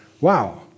Wow